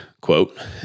quote